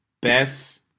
best